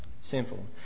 Simple